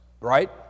Right